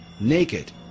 naked